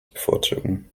bevorzugen